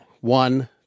One